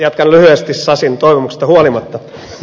jatkan lyhyesti sasin toivomuksesta huolimatta